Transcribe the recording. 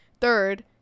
third